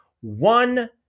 one